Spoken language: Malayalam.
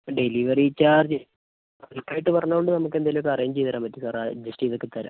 ഡെലിവറി ചാർജ് കാര്യമായിട്ട് പറഞ്ഞത് കൊണ്ട് നമുക്കെന്തേലൊക്കെ അറേഞ്ച് ചെയ്യാൻ പറ്റും സാറേ അഡ്ജസ്റ്റ് ചെയ്തൊക്കെ തരാം